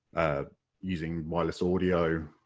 ah using wireless audio?